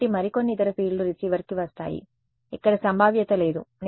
కాబట్టి మరికొన్ని ఇతర ఫీల్డ్లు రిసీవర్కి వస్తాయి ఇక్కడ సంభావ్యత లేదు